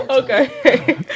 Okay